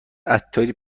عطاری